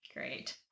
great